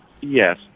yes